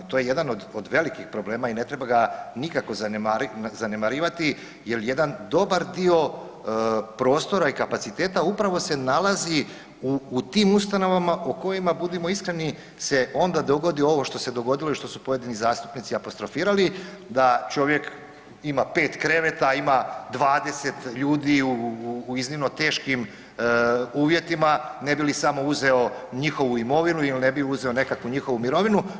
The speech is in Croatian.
To je jedan od velikih problema i ne treba ga nikako zanemarivati jer jedan dobar dio prostora i kapaciteta upravo se nalazi u tim ustanovama u kojima budimo iskreni se onda dogodi ovo što se dogodilo i što su pojedini zastupnici apostrofirali, da čovjek ima 5 kreveta, a ima 20 ljudi u iznimno teškim uvjetima ne bi li samo uzeo njihovu imovinu il ne bi uzeo nekakvu njihovu mirovinu.